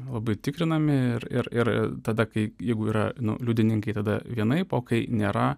labai tikrinami ir ir tada kai jeigu yra liudininkai tada vienaip o kai nėra